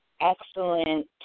excellent